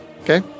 Okay